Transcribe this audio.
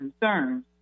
concerns